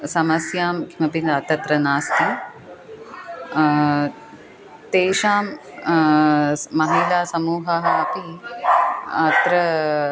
समस्यां किमपि न तत्र नास्ति तेषां स् महिलासमूहाः अपि अत्र